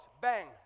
Bang